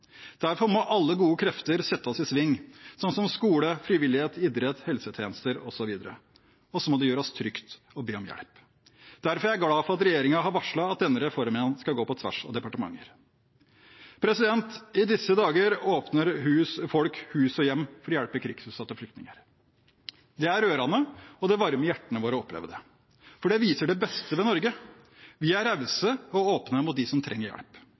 Derfor må alle gode krefter settes i sving, slik som skole, frivillighet, idrett, helsetjenester osv. Og så må det gjøres trygt å be om hjelp. Derfor er jeg glad for at regjeringen har varslet at denne reformen skal gå på tvers av departementer. I disse dager åpner folk hus og hjem for å hjelpe krigsutsatte flyktninger. Det er rørende og det varmer hjertet vårt å oppleve det, for det viser det beste ved Norge – vi er rause og åpne mot dem som trenger hjelp.